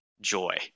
joy